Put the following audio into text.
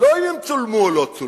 ולא אם הן צולמו או לא.